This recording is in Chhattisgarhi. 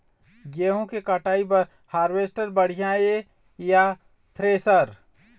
गेहूं के कटाई बर हारवेस्टर बढ़िया ये या थ्रेसर?